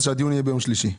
אז שהדיון יהיה בשלישי.